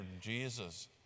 Jesus